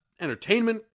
entertainment